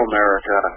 America